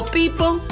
people